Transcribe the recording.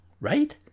right